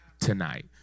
tonight